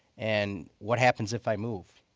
and what happens if i move?